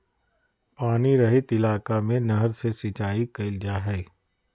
पानी रहित इलाका में नहर से सिंचाई कईल जा हइ